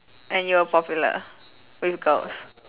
and you were popular with girls